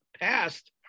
passed